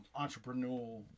entrepreneurial